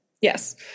yes